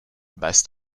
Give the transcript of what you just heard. weißt